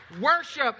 worship